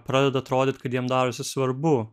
pradeda atrodyt kad jiems darosi svarbu